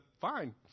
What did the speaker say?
fine